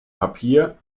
papier